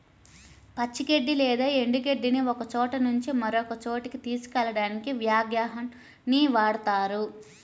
పచ్చి గడ్డి లేదా ఎండు గడ్డిని ఒకచోట నుంచి మరొక చోటుకి తీసుకెళ్ళడానికి వ్యాగన్ ని వాడుతారు